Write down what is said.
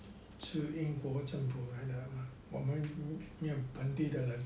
是英国政府来的我们没有本地人